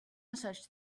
such